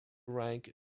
rank